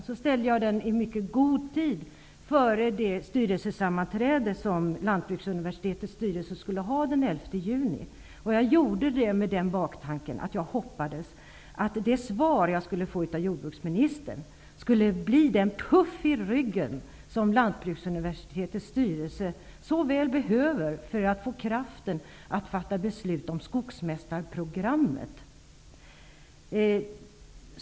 Jag ställde den här frågan i mycket god tid före det styrelsesammanträde som Lantbruksuniversitetets styrelse skulle ha den 11 juni, och jag gjorde det med den baktanken att jag hoppades att det svar jag skulle få av jordbruksministern skulle bli den puff i ryggen som Lantbruksuniversitetets styrelse så väl behöver för att få kraften att fatta beslut om skogsmästarprogrammet.